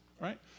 right